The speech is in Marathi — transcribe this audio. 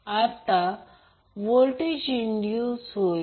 आता व्होल्टेज इन्डूस होईल